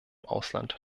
ausland